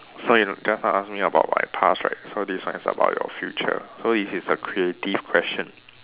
so you just now ask me about my past right so this one is about your future so this is a creative question